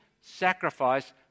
sacrifice